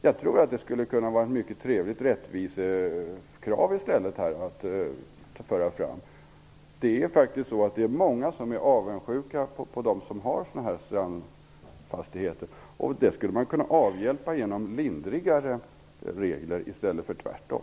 Jag tror att detta skulle kunna vara ett mycket trevligt rättvisekrav att föra fram. Det är många som är avundsjuka på dem som har strandfastigheter. Det skulle man kunna avhjälpa genom lindrigare regler i stället för tvärtom.